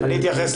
בעיניי זה